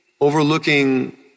overlooking